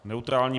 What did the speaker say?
Neutrální.